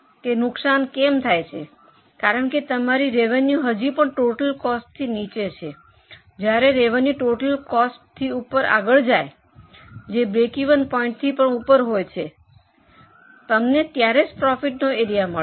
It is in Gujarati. કેમ નુકસાન કેમ થાય છે કારણ કે તમારી રેવેન્યુ હજી પણ ટોટલ કોસ્ટથી નીચે છે જ્યારે રેવેન્યુ ટોટલ કોસ્ટના ઉપરથી આગળ જાય છે જે બ્રેકિવન પોઇન્ટથી ઉપર હોય છે તમને ત્યારે પ્રોફિટના એરિયા મળે છે